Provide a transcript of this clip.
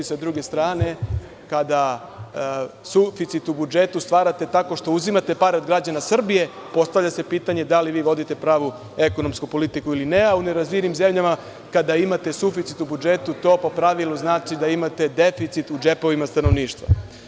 S druge strane, kada suficit o budžetu stvarate tako što uzimate pare od građana Srbije, postavlja se pitanje – da li vi vodite pravu ekonomsku politiku ili ne, a u nerazvijenim zemljama kada imate suficit u budžetu to po pravilu znači da imate deficit u džepovima stanovništva?